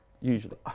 Usually